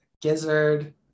gizzard